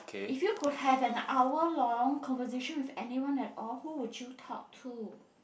if you could have an hour long conversation with anyone at all who would you talk to